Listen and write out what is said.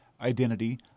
identity